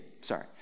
sorry